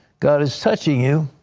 god is touching you.